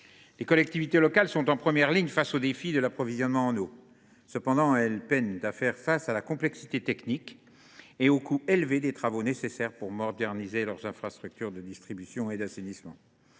Les collectivités locales sont en première ligne face au défi de l’approvisionnement. Toutefois, elles peinent à faire face à la complexité technique et aux coûts élevés des travaux nécessaires pour moderniser leurs infrastructures de distribution et d’assainissement.